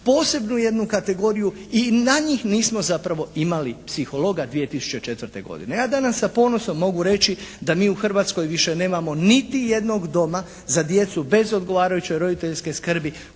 posebnu jednu kategoriju. I za njih zapravo nismo imali psihologa 2004. godine. Ja danas sa ponosom mogu reći, da mi u Hrvatskoj više nemamo niti jednog doma za djecu bez odgovarajuće roditeljske skrbi